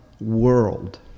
world